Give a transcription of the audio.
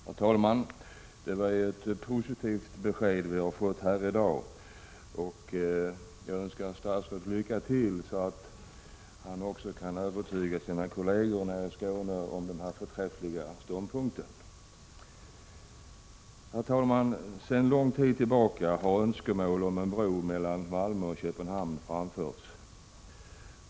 Herr talman! Det är ju ett positivt besked vi har fått här i dag. Jag önskar statsrådet lycka till, så att han också kan övertyga sina partikolleger nere i Skåne när det gäller denna förträffliga ståndpunkt. Sedan lång tid tillbaka har önskemål om en bro mellan Malmö och 39 Köpenhamn framförts.